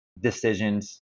decisions